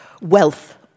wealth